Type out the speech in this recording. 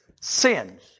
Sins